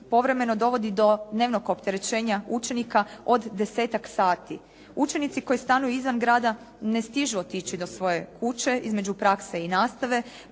povremeno dovodi do dnevnog opterećenja učenika od 10-tak sati. Učenici koji stanuju izvan grada ne stižu otići do svoje kuće između prakse i nastave,